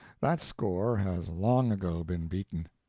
that score has long ago been beaten.